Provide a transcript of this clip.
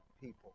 people